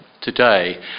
today